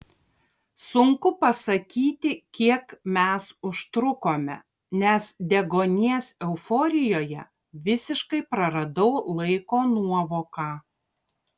sunku pasakyti kiek mes užtrukome nes deguonies euforijoje visiškai praradau laiko nuovoką